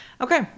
Okay